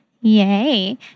Yay